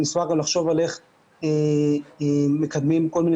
אנחנו נשמח ונחשוב איך מקדמים כל מיני